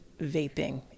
vaping